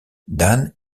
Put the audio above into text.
dan